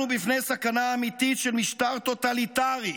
אנחנו בפני סכנה אמיתית של משטר טוטליטרי.